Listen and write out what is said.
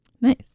Nice